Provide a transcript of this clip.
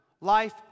Life